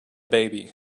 baby